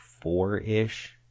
four-ish